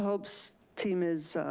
hopes team is,